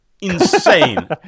insane